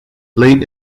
late